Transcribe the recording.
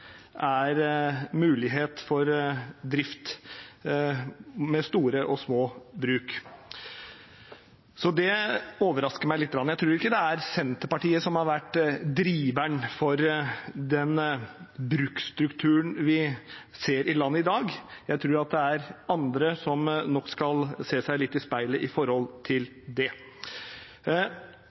mulighet for drift med store og små bruk. Så det overrasker meg lite grann. Jeg tror ikke Senterpartiet har vært driveren for den bruksstrukturen vi ser i landet i dag, jeg tror det er andre som skal se seg litt i speilet når det gjelder det. Så kommer det til jordvernet, og der er Senterpartiet klar: Jordvernet er svært viktig, og det